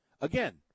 Again